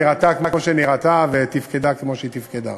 נראתה כמו שהיא נראתה ותפקדה כמו שהיא תפקדה.